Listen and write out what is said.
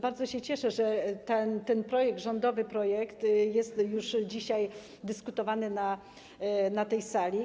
Bardzo się cieszę, że ten projekt, rządowy projekt, jest już dzisiaj dyskutowany na tej sali.